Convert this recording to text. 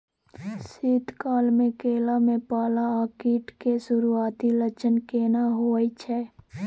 शीत काल में केला में पाला आ कीट के सुरूआती लक्षण केना हौय छै?